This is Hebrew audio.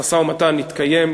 המשא-ומתן יתקיים,